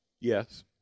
Yes